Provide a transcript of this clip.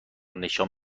نشان